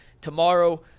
tomorrow